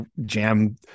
jam